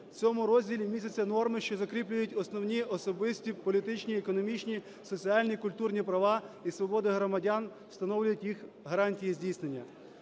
В цьому розділі містяться норми, що закріплюють основні особисті політичні, економічні, соціальні, культурні права і свободи громадян, становлять їх гарантії здійснення.